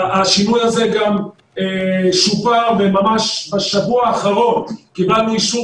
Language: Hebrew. השינוי הזה גם שופר ממש בשבוע האחרון וקיבלנו אישור